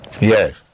Yes